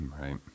Right